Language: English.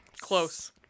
Close